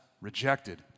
rejected